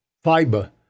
fiber